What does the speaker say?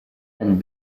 and